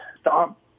stop